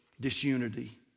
disunity